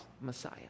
Messiah